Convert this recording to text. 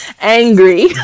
angry